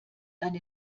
eine